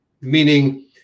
meaning